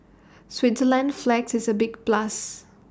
Switzerland's flag is A big plus